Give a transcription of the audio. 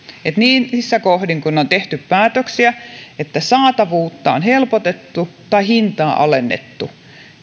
että niissä kohdin kun on tehty päätöksiä että saatavuutta on helpotettu tai hintaa alennettu